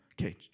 Okay